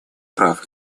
прав